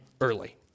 early